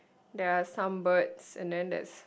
there are some birds and then there's